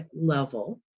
level